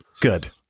Good